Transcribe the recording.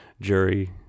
jury